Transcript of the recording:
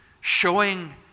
showing